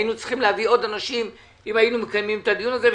היינו צריכים להביא עוד אנשים אם היינו מקיימים את הדיון הזה,